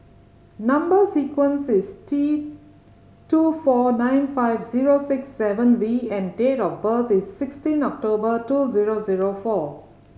number sequence is T two four nine five zero six seven V and date of birth is sixteen October two zero zero four